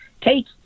Take